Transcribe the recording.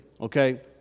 okay